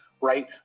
Right